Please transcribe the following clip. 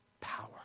power